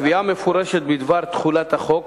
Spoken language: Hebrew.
קביעה מפורשת בדבר תחולת החוק